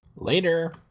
Later